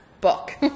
book